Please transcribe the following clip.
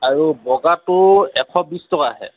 আৰু বগাটো এশ বিশ টকাহে